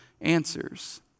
answers